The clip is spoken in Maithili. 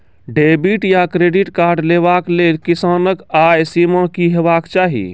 डेबिट या क्रेडिट कार्ड लेवाक लेल किसानक आय सीमा की हेवाक चाही?